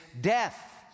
death